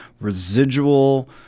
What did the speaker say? residual